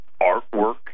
artwork